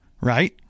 right